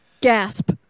Gasp